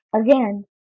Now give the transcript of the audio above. again